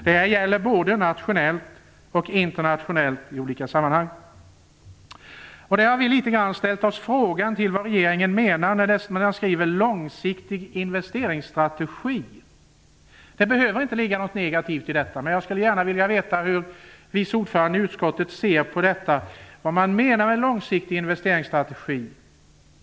Detta gäller både nationellt och internationellt. Vi har ställt oss frågan: Vad menar regeringen när den skriver "långsiktig investeringsstrategi"? Det behöver inte ligga något negativt i det, men jag skulle gärna vilja veta hur vice ordföranden i utskottet ser på detta och vad som menas med långsiktig investeringsstrategi.